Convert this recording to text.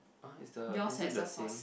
uh is the is it the same